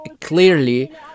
clearly